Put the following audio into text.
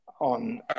on